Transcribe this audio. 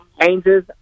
changes